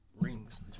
rings